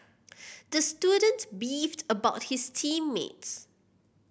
the student beefed about his team mates